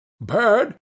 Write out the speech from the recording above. Bird